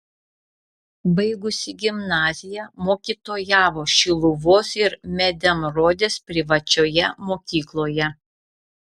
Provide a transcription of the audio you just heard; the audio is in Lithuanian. baigusi gimnaziją mokytojavo šiluvos ir medemrodės privačioje mokykloje